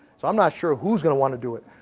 so i'm not sure who's gonna wanna do it.